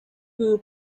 who